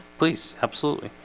please absolutely